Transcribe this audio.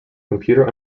computer